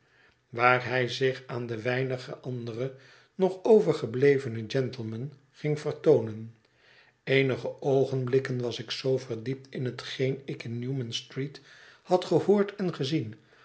waar hij zich aan de weinige andere nog overgeblevene gentlemen ging vertoonen eenige oogenblikken was ik zoo verdiept in hetgeen ik in ne wmanstreet had gehoord en gezien